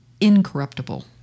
incorruptible